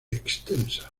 extensa